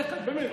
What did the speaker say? איך, באמת?